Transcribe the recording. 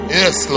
yes